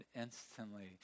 instantly